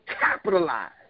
capitalize